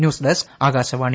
news desk Akashvani